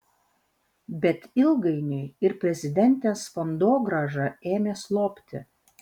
bet ilgainiui ir prezidentės fondogrąža ėmė slopti